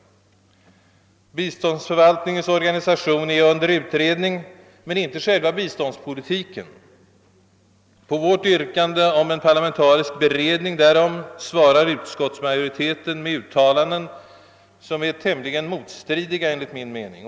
Biståndsförvaltningens organisation är under utredning men inte själva biståndspolitiken. På vårt yrkande om en parlamentarisk beredning därom svarar utskottsmajoriteten med uttalanden, som enligt min mening är tämligen motstridiga.